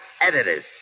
editors